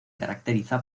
caracteriza